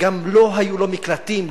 גם לא היו לו מקלטים,